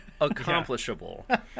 accomplishable